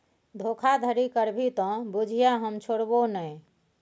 धोखाधड़ी करभी त बुझिये हम छोड़बौ नै